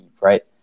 right